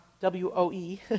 W-O-E